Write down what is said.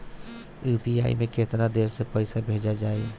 UPI से केतना देर मे पईसा भेजा जाई?